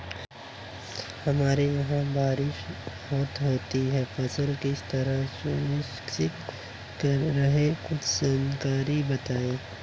हमारे यहाँ बारिश बहुत होती है फसल किस तरह सुरक्षित रहे कुछ जानकारी बताएं?